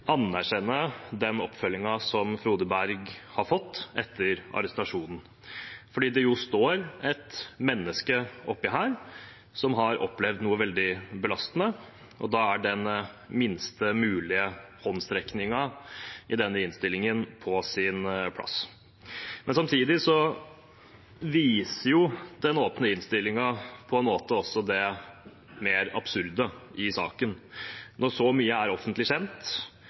anerkjenne den oppfølgingen Frode Berg har fått etter arrestasjonen, for oppi dette står et menneske som har opplevd noe veldig belastende, og da er den minste mulige håndsrekningen i denne innstillingen på sin plass. Samtidig viser den åpne innstillingen på en måte også det mer absurde i saken, når så mye er offentlig kjent,